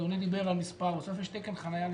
אדוני, דיבר על מספר, ותקן חניה לנכה.